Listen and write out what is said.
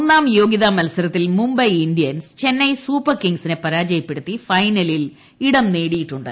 ഒന്നാം യോഗൃതാ മൽസരത്തിൽ മുംബൈ ഇന്ത്യൻസ് ചെന്നൈ സൂപ്പർകിംഗ്സിനെ പരാജയപ്പെടുത്തി ഫൈനലിൽ ഇടം നേടിയിട്ടുണ്ട്